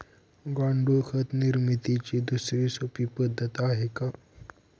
गांडूळ खत निर्मितीची दुसरी सोपी पद्धत आहे का?